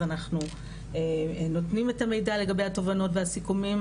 אז אנחנו נותנים את המידע לגבי התובנות והסיכומים.